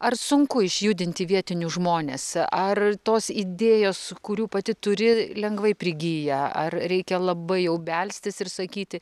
ar sunku išjudinti vietinius žmones ar tos idėjos kurių pati turi lengvai prigyja ar reikia labai jau belstis ir sakyti